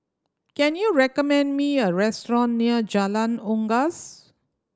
can you recommend me a restaurant near Jalan Unggas